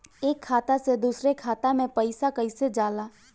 एक खाता से दूसर खाता मे पैसा कईसे जाला?